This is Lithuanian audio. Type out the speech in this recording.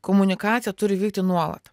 komunikacija turi vykti nuolat